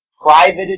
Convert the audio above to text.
private